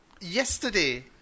yesterday